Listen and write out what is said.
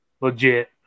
legit